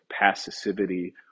passivity